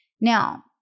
Now